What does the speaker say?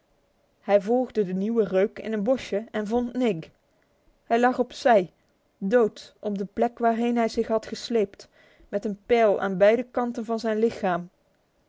hij volgde de nieuwe reuk in een bosje en vond nig hij lag op zij dood op de plek waarheen hij zich had gesleept met een pijl aan beide kanten van zijn lichaam